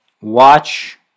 watch